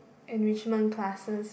enrichment classes